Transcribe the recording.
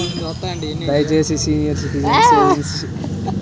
దయచేసి senior citizens savings scheme వడ్డీ రేటు చెప్పండి